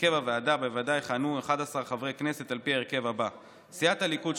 הרכב הוועדה: בוועדה יכהנו 11 חברי כנסת על פי ההרכב הבא: סיעת הליכוד,